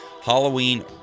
Halloween